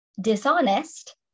dishonest